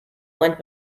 went